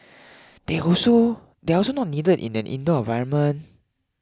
they also they are also not needed in an indoor environment